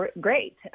great